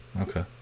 Okay